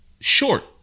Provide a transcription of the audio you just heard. Short